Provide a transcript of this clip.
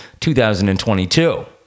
2022